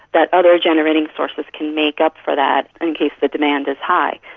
that other generating sources can make up for that in case the demand is high.